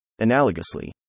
Analogously